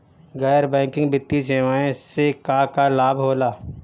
गैर बैंकिंग वित्तीय सेवाएं से का का लाभ होला?